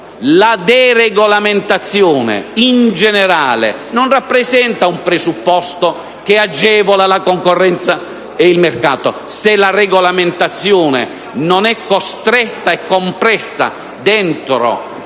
La deregolamentazione, in generale, non rappresenta un presupposto che agevola la concorrenza e il mercato. Se la regolamentazione non è costretta e compressa dentro